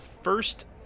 first